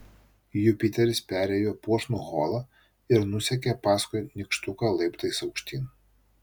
jupiteris perėjo puošnų holą ir nusekė paskui nykštuką laiptais aukštyn